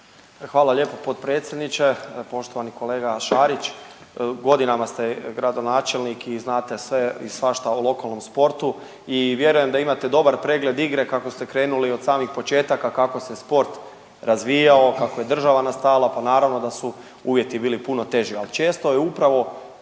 Hvala lijepo potpredsjedniče. Poštovani kolega Šarić. Godinama ste gradonačelnik i znate sve i svašta o lokalnom sportu i vjerujem da imate dobar pregled igre kako ste krenuli od samih početaka kako se sport razvijao, kako je država nastajala pa naravno da su uvjeti bili puno teži. Ali često je upravo